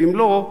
ואם לא,